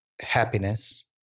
happiness